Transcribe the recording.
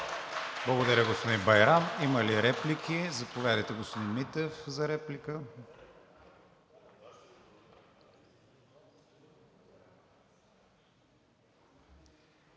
Благодаря, господин Байрам. Има ли реплики? Заповядайте, господин Митев, за реплика.